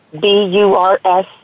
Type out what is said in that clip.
B-U-R-S